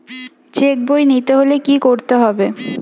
Check বই নিতে হলে কি করতে হবে?